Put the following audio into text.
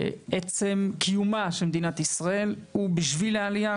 עצם קיומה של מדינת ישראל הוא בשביל העלייה,